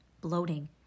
bloating